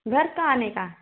घर पर आने का